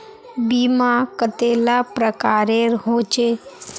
बीमा कतेला प्रकारेर होचे?